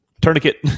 Tourniquet